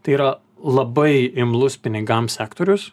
tai yra labai imlus pinigam sektorius